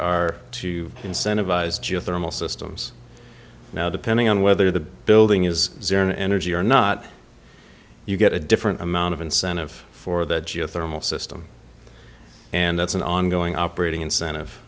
are to incentivize geothermal systems now depending on whether the building is zero energy or not you get a different amount of incentive for that geothermal system and that's an ongoing operating incentive